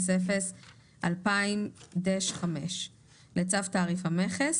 93.04.002000/5 לצו תעריף המכס,